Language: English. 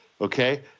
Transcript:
okay